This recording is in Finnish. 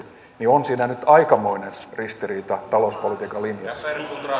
niin on siinä nyt aikamoinen ristiriita talouspolitiikan linjassa